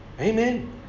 Amen